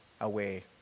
away